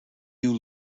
you